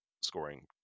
scoring